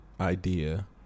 Idea